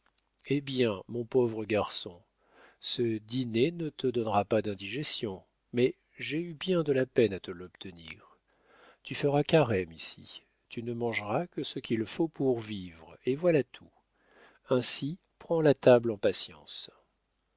eh bien mon pauvre garçon ce dîner ne te donnera pas d'indigestion mais j'ai eu bien de la peine à te l'obtenir tu feras carême ici tu ne mangeras que ce qu'il faut pour vivre et voilà tout ainsi prends la table en patience